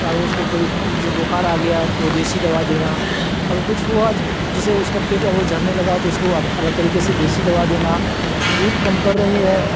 اگر اس کو کوئی مج جے بخار آ گیا تو دیسی دوا دینا اور کچھ ہوا جسے اس کا پیٹ اگر جھرنے لگا تو اس کو الگ طریقے سے دیسی دوا دینا دودھ کم کر رہی ہے